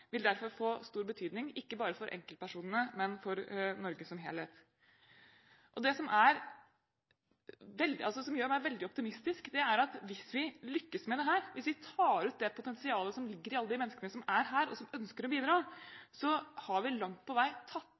vil derfor få stor betydning ikke bare for enkeltpersonene, men for Norge som helhet. Det som gjør meg veldig optimistisk hvis vi lykkes med dette, hvis vi tar ut det potensialet som ligger i alle de menneskene som er her, og som ønsker å bidra, er at vi langt på vei har tatt